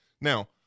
Now